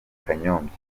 kanyombya